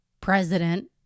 president